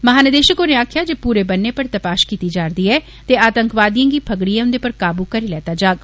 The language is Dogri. महा निदेशक होरें आक्खेआ र्जे पूरे बन्ने पर तपाश किती जॉरदी ऐ ते आतंकवादिएं गी फगड़िये उन्दे पर काबू करी लैता जाग